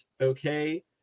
okay